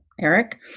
Eric